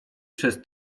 przez